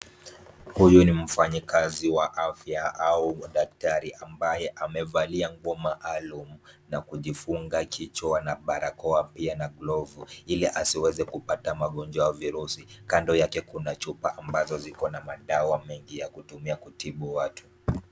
Huyu ni mfanyakazi wa afya au daktari ambaye amevalia nguo maalum na kujifunga barakoa na kichwa pia ana glovu ili asiweze kupata magonjwa ya virusi. Kando yake kuna chupa ambazo ziko na madawa ya kutumia kutibu watu.